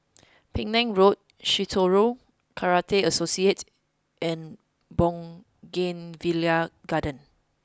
Penang Road Shitoryu Karate Association and Bougainvillea Garden